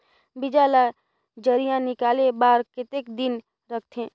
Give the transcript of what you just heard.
बीजा ला जराई निकाले बार कतेक दिन रखथे?